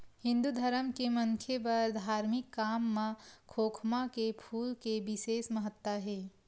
हिंदू धरम के मनखे बर धारमिक काम म खोखमा के फूल के बिसेस महत्ता हे